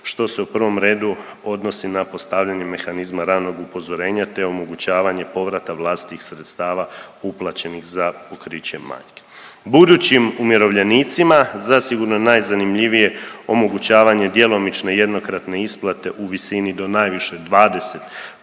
što se u prvom redu odnosi na postavljanje mehanizma ranog upozorenja te omogućavanja povrata vlastitih sredstava uplaćenih za pokriće manjka. Budućim umirovljenicima zasigurno je najzanimljivije omogućavanje djelomične jednokratne isplate u visini do najviše 20%